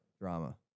drama